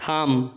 থাম